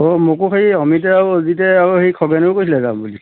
অ' মোকো সেই অমিতে আৰু অজিতে আৰু সেই খগেনেও কৈছিলে যাম বুলি